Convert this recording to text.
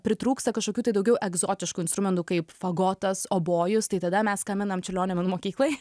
pritrūksta kažkokių tai daugiau egzotiškų instrumentų kaip fagotas obojus tai tada mes skambinam čiurlionio menų mokyklai